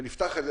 ונפתח את זה.